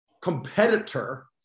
competitor